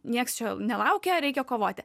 nieks čia nelaukia reikia kovoti